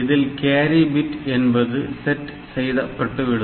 இதில் carry bit என்பது set செய்யப்பட்டுவிடும்